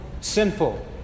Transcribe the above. sinful